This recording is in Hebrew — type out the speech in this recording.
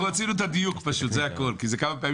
רצינו את הדיוק, זה הכול, כי זה חזר כמה פעמים.